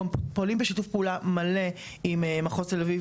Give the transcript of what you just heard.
גם פועלים בשיתוף פעולה מלא עם מחוז תל אביב,